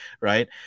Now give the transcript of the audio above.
right